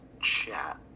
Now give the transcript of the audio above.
chat